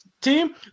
team